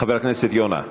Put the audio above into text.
חבר הכנסת יונה,